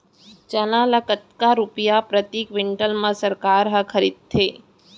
चना ल कतका रुपिया प्रति क्विंटल म सरकार ह खरीदथे?